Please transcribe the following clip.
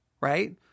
right